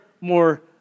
more